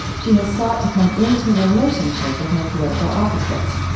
she has sought to come into relationship with her political opposites.